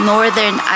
Northern